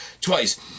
twice